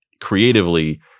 creatively